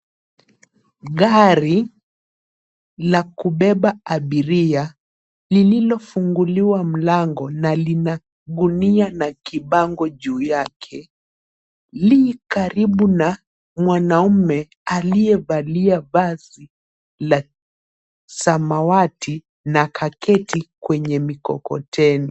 Gari la kubeba abiria lililofunguliwa mlango na lina gunia na kibango juu yake li karibu na mwanaume aliyevalia vazi la samawati na akaketi kwenye mikokoteni.